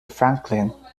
franklin